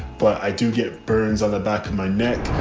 but i do get burns on the back of my neck.